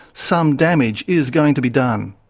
some damage is going to be done.